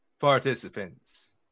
participants